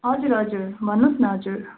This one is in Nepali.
हजुर हजुर भन्नुहोस् न हजुर